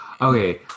Okay